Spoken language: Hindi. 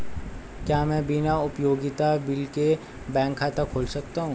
क्या मैं बिना उपयोगिता बिल के बैंक खाता खोल सकता हूँ?